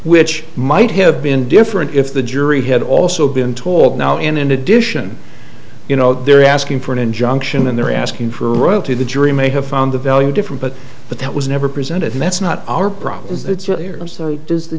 which might have been different if the jury had also been told now in addition you know they're asking for an injunction and they're asking for a royalty the jury may have found the value different but but that was never presented that's not our problem is that does the